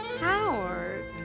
Howard